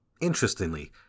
Interestingly